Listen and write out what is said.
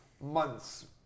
months